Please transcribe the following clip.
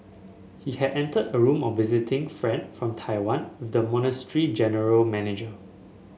he had entered a room of a visiting friend from Taiwan with the monastery general manager